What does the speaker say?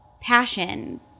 passion